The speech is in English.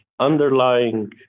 underlying